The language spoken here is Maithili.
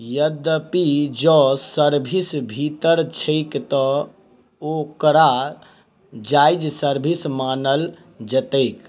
यद्यपि जँ सर्विस भीतर छैक तँ ओकरा जायज सर्विस मानल जेतैक